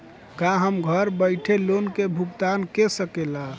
का हम घर बईठे लोन के भुगतान के शकेला?